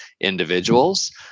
individuals